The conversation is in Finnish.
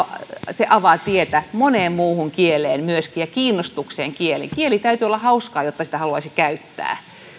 se avaa tietä moneen muuhun kieleen myöskin ja kiinnostukseen kieliin kielen täytyy olla hauskaa jotta sitä haluaisi käyttää